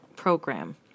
Program